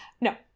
No